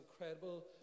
incredible